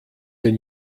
den